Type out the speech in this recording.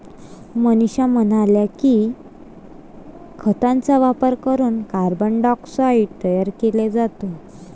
मनीषा म्हणाल्या की, खतांचा वापर करून कार्बन डायऑक्साईड तयार केला जातो